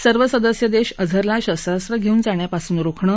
सर्व सदस्य देश अझरला शस्त्रात्रे घेऊन जाण्यापासून रोखणं